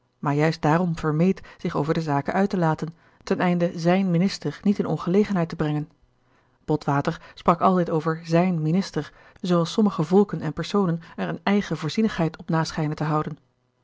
maar juist daarom vermeed zich over de zaken uit te laten ten einde zijn minister niet in ongelegenheid te brengen botwater sprak altijd over zijn minister zooals sommige volken en personen er eene eigen voorzienigheid op na schijnen te houden